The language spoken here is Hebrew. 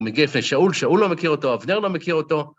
הוא מגיע לפני שאול, שאול לא מכיר אותו, אבנר לא מכיר אותו.